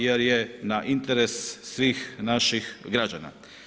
jer je na interes svih naših građana.